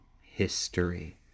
history